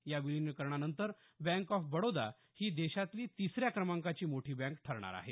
या विलिनीकरणानंतर bank of Baroda ही देशातली तिसऱ्या क्रमांकाची मोठी बँक ठरणार आहे